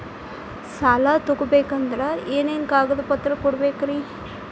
ಸಾಲ ತೊಗೋಬೇಕಂದ್ರ ಏನೇನ್ ಕಾಗದಪತ್ರ ಕೊಡಬೇಕ್ರಿ?